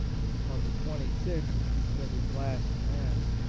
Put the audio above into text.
on the twenty sixth he said his last mass,